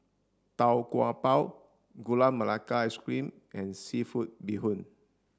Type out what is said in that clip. tau kwa pau gula melaka ice cream and seafood bee hoon